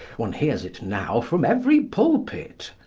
one hears it now from every pulpit.